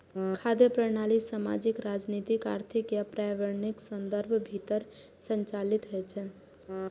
खाद्य प्रणाली सामाजिक, राजनीतिक, आर्थिक आ पर्यावरणीय संदर्भक भीतर संचालित होइ छै